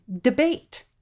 debate